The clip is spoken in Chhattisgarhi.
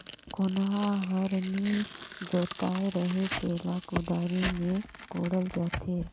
कोनहा हर नी जोताए रहें तेला कुदारी मे कोड़ल जाथे